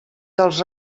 dels